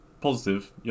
Positive